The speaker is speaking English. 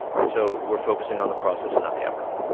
and so we're focusing on the process and not the outcome.